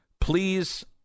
please